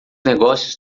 negócios